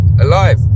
alive